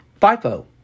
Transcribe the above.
FIFO